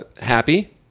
happy